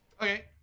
Okay